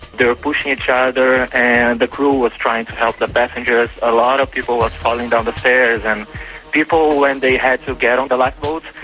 pushing each other and the crew was trying to help the passengers. a lot of people were falling down the stairs and people when they had to get on the lifeboats,